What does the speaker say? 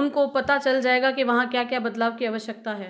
उनको पता चल जाएगा की वहाँ क्या क्या बदलाव की आवश्यकता है